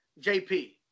jp